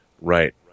Right